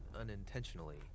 unintentionally